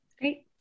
Great